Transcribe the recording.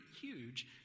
huge